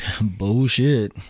Bullshit